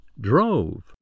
Drove